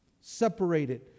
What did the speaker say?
separated